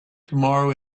tomorrow